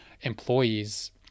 employees